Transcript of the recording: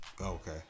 Okay